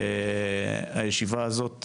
הישיבה הזאת,